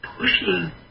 pushing